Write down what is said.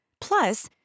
Plus